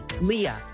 Leah